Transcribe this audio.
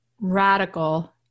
radical